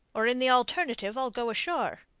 or in the alternative i'll go ashore.